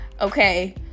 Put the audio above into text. Okay